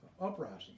uprising